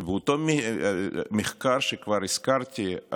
כי באותו מחקר שכבר הזכרתי,